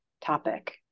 topic